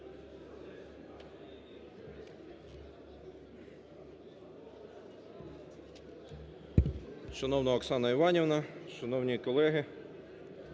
Шановна Оксана Іванівна, шановні колеги!